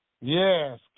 Yes